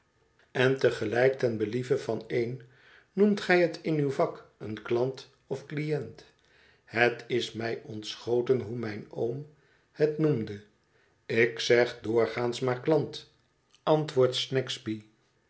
en te gelijk ten believe van een noemt gij het in uw vak een klant of cliënt het is mij ontschoten hoe mijn oom het noemde ik zeg doorgaans maar klant antwoordt snagsby